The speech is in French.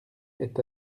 est